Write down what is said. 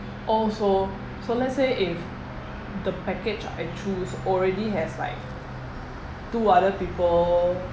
oh so so let's say if the package I choose already has like two other people